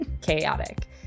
Chaotic